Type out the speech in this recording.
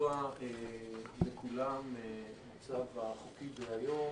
ידוע לכולם המצב החוקי דהיום,